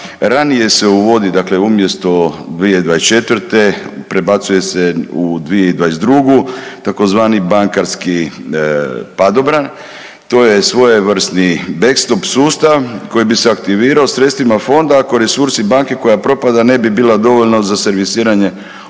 ranije se uvodi dakle umjesto 2024. prebacuje se u 2022. tzv. bankarski padobran. To je svojevrsni …/nerazumljivo/… sustav koji bi se aktivirao sredstvima fonda ako resursi banke koja propada ne bi bila dovoljna za servisiranje